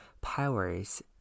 powers